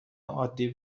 عادی